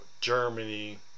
Germany